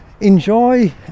enjoy